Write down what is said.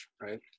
Right